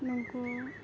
ᱱᱩᱝᱠᱩ